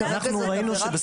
כרגע זו עבירה פלילית.